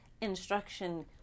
instruction